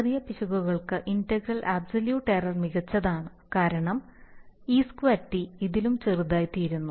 ചെറിയ പിശകുകൾക്ക് integral absolute error മികച്ചതാണ് കാരണം ഇ2ടി ഇതിലും ചെറുതായിത്തീരുന്നു